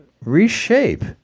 reshape